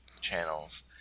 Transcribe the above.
channels